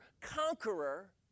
conqueror